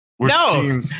No